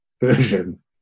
version